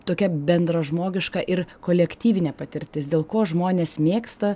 tokia bendražmogiška ir kolektyvinė patirtis dėl ko žmonės mėgsta